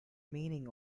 meaning